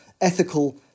ethical